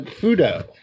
Fudo